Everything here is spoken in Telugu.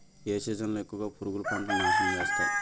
ఏ సీజన్ లో ఎక్కువుగా పురుగులు పంటను నాశనం చేస్తాయి?